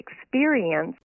experience